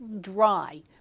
dry